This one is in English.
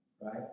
Right